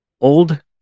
Old